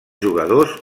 jugadors